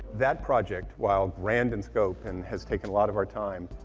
that project, while grand in scope and has taken a lot of our time.